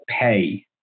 pay